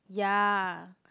ya